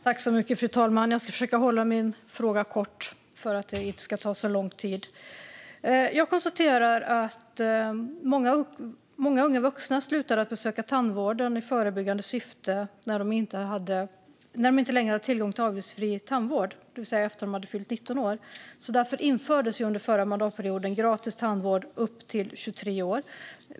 Fru talman! Jag ska försöka hålla min fråga kort för att det här inte ska ta så lång tid. Många unga vuxna slutar besöka tandvården i förebyggande syfte när de inte längre har tillgång till avgiftsfri tandvård, det vill säga efter att de har fyllt 19 år. Därför infördes under förra mandatperioden gratis tandvård upp till 23 år.